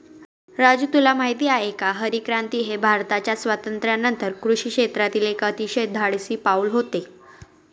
राजू तुला माहित आहे का हरितक्रांती हे भारताच्या स्वातंत्र्यानंतर कृषी क्षेत्रातील एक अतिशय धाडसी पाऊल होते